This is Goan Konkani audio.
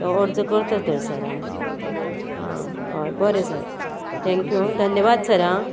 तो अर्ज करता तर सर हांव आं हय बरें सर थँक्यू धन्यवाद सर आं